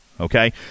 Okay